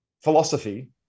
philosophy